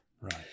Right